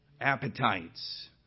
appetites